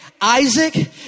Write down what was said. Isaac